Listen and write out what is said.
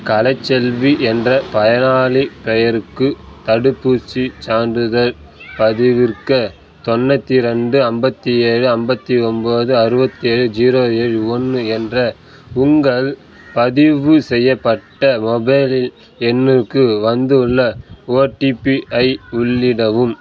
கலைச்செல்வி என்ற பயனாளிப் பெயருக்கு தடுப்பூசிச் சான்றிதழ் பதிவிற்க தொண்ணூத்தி ரெண்டு ஐம்பத்தேழு ஐம்பத்தி ஒம்பது அறுபத்தேழு ஜீரோ ஏழு ஒன்று என்ற உங்கள் பதிவு செய்யப்பட்ட மொபைல் எண்ணுக்கு வந்துள்ள ஓடிபிஐ உள்ளிடவும்